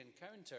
encounter